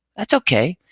that's ok.